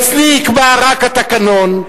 שאצלי יקבע רק התקנון,